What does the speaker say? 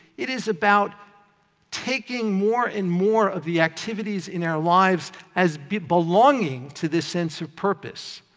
it is about taking more and more of the activities in our lives as belonging to this sense of purpose.